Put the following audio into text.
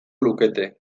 lukete